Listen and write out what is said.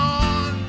on